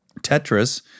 Tetris